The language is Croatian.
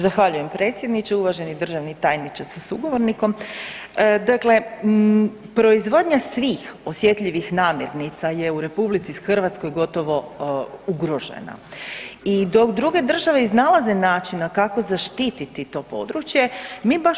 Zahvaljujem predsjedniče, uvaženi državni tajniče sa sugovornikom, dakle, proizvodnja svih osjetljivih namirnica je u RH gotovo ugrožena i dok druge države iznalaze načina kako zaštititi to područje, mi baš